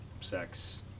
sex